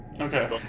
Okay